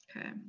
okay